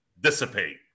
dissipate